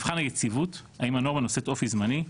מבחן היציבות - האם הנורמה נושאת אופי זמני,